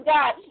God